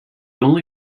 only